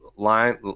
line